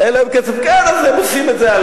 אין להם כסף, כן, אז הם עושים את זה.